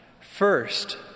First